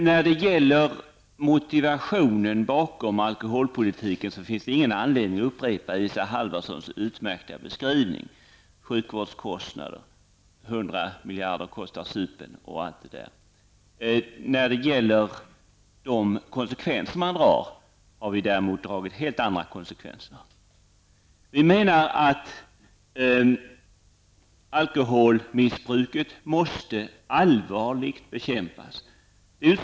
När det gäller motivationen bakom alkoholpolitiken finns det ingen anledning att upprepa Isa Halvarssons utmärkta beskrivning -- sjukvårdskostnader, supen kostar 100 miljarder osv. Däremot har vi dragit helt andra slutsatser. Vi menar att alkoholmissbruket allvarligt måste bekämpas.